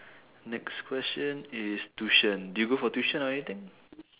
next question is tuition did you go for tuition or anything